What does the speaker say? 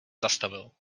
zastavil